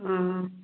ꯑꯥ ꯑꯥ